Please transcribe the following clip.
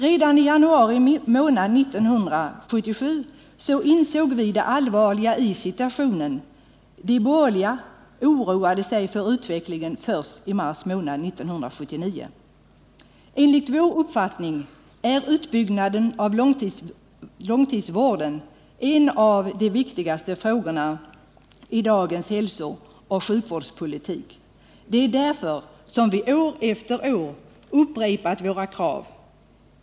Redan i januari månad 1977 insåg vi alltså det allvarliga i situationen, medan de borgerliga oroade sig för utvecklingen först i mars 1979. Enligt vår uppfattning är utbyggnaden av långtidsvården en av de viktigaste frågorna i dagens hälsooch sjukvårdspolitik. Det är därför som vi år efter år upprepat våra krav.